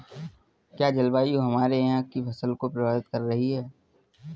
क्या जलवायु हमारे यहाँ की फसल को प्रभावित कर रही है?